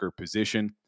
position